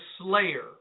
slayer